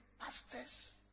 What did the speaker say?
pastors